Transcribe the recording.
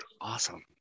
awesome